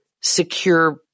secure